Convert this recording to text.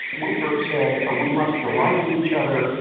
winthrop said, ah we must delight in each other,